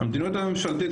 המדיניות הממשלתית,